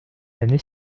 l’année